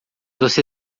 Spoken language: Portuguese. você